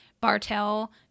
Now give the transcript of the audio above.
Bartell